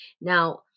now